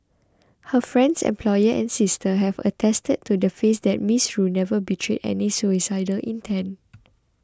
her friends employer and sister have attested to the that Miss Rue never betrayed any suicidal intent